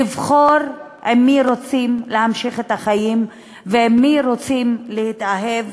לבחור עם מי רוצים להמשיך את החיים ובמי רוצים להתאהב